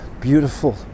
beautiful